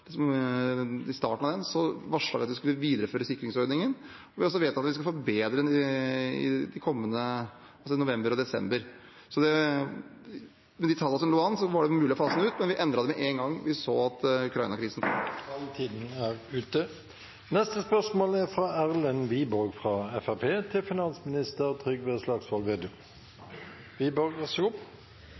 vi skulle videreføre sikringsordningen, og vi har også vedtatt at vi skal forbedre den i november og desember. Med de tallene det lå an til, var det mulig å fase den ut, men vi endret det med en gang vi så at Ukraina-krisen kom. «Mange nordmenn velger jevnlig å handle i Sverige for å spare penger. Fremskrittspartiet har derfor ønsket å redusere avgiftene på grensehandelsutsatte varer i Norge til